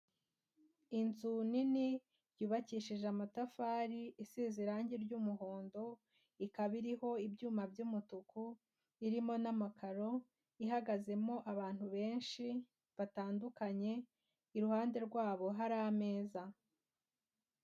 Inzu nini yubakishije amatafari isize irangi ry'umuhondo ikaba iriho ibyuma by'umutuku irimo n'amakaro ihagazemo abantu benshi batandukanye iruhande rwabo hari ameza.